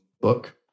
book